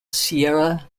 sierra